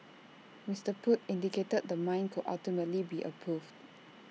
Mister Pruitt indicated the mine could ultimately be approved